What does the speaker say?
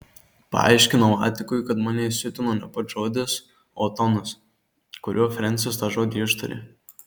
paaiškinau atikui kad mane įsiutino ne pats žodis o tonas kuriuo frensis tą žodį ištarė